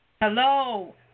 Hello